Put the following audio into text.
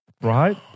Right